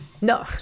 No